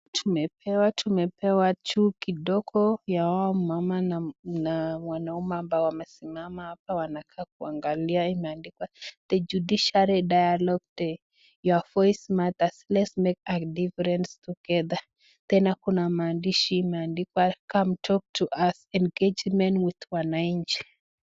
Tumepewa tumepewa chuo kidogo ya hawa mama na na mwanaume ambao wamesimama hapa. Wanakaa kuangalia imeandikwa "The Judiciary Dialogue Day", "Your voice matters, let's make a difference together". Tena kuna maandishi imeandikwa "Come talk to us, engagement with wananchi".